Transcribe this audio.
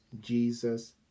Jesus